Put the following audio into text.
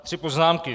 Tři poznámky.